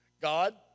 God